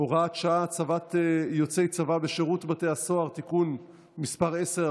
(הוראת שעה) (הצבת יוצאי צבא בשירות בתי הסוהר) (תיקון מס' 10),